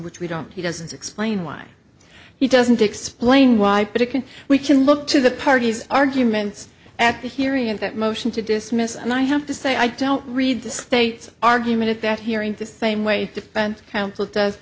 which we don't he doesn't explain why he doesn't explain why but it can we can look to the parties arguments after hearing that motion to dismiss and i have to say i don't read the state's argument at that hearing the same way defense counsel does